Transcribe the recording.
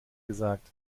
gesagt